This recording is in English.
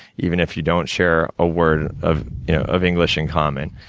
even if you don't share a word of of english in common.